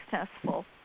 successful